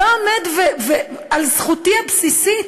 לא עומד על זכותי הבסיסית